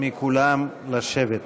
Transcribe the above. מכולם לשבת.